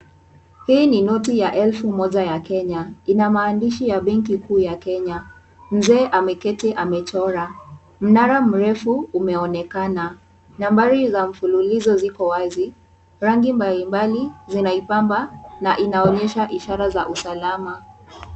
Hii ni noti ya elfu moja ya Kenya. Ina maandishi ya benki kuu ya Kenya. Mzee ameketi amechora. Mnara mrefu umeonekana. Nambari za mfululizo ziko wazi. Rangi mbalimbali zinaipamba na inaonyesha ishara za usalama.